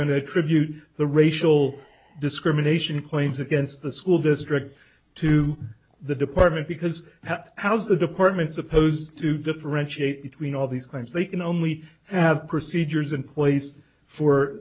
going to attribute the racial discrimination claims against the school district to the department because how's the department supposed to differentiate between all these claims they can only have procedures in place for